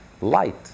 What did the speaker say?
light